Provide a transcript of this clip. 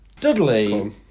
Dudley